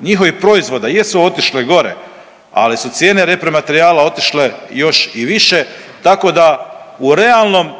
njihovih proizvoda jesu otišle gore, ali su cijene repromaterijala otišle još i više, tako da u realnom